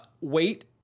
wait